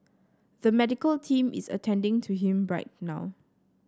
the medical team is attending to him right now